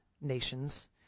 nations